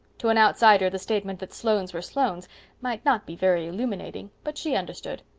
to an outsider, the statement that sloanes were sloanes might not be very illuminating, but she understood.